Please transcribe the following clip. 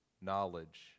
knowledge